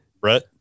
Brett